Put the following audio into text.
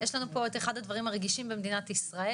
יש לנו פה את אחד הדברים הרגישים במדינת ישראל,